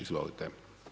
Izvolite.